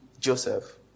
Joseph